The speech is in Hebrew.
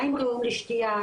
מים ראויים לשתייה,